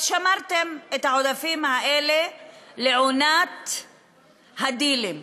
אז שמרתם את העודפים האלה לעונת הדילים,